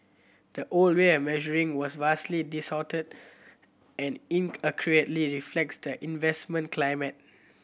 the old way of measuring was vastly distorted and inaccurately reflects the investment climate